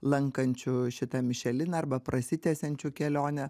lankančių šitą mišeliną arba prasitęsiančių kelionę